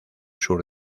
sur